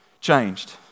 changed